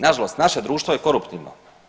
Nažalost, naše društvo je koruptivno.